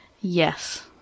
Yes